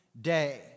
day